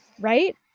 right